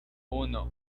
uno